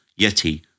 Yeti